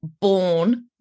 born